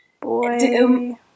Boy